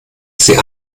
sie